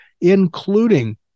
including